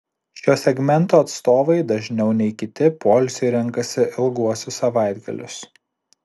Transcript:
šio segmento atstovai dažniau nei kiti poilsiui renkasi ilguosius savaitgalius